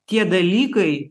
tie dalykai